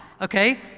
Okay